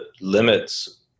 limits